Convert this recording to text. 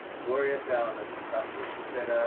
gloria fallon, i'll give you props for this. she said,